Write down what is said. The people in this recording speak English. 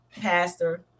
pastor